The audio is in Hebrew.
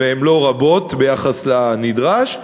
והן לא רבות ביחס לנדרש,